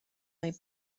may